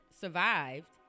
survived